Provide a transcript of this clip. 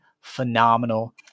phenomenal